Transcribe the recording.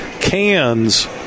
Cans